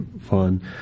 fun